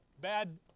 Bad